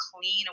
clean